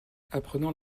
apprenant